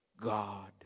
God